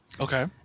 Okay